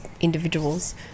individuals